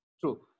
True